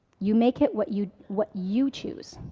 you make it what you what you choose.